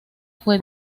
fue